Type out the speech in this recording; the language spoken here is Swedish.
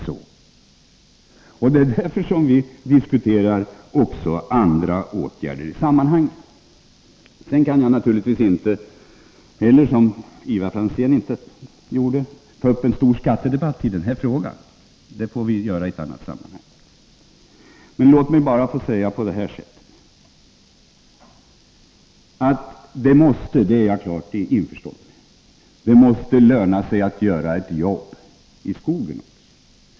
Det är i linje härmed som vi diskuterar också andra åtgärder i sammanhanget. Jag kan naturligtvis inte heller ta upp en stor skattedebatt i den här frågan; det får vi göra i ett annat sammanhang. Låt mig ändå få säga följande. Det måste — det är jag klart införstådd med — löna sig också att arbeta i skogen.